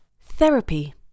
Therapy